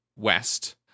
west